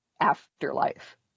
afterlife